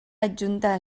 adjuntar